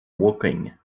woking